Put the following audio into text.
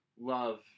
love